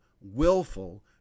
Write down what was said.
willful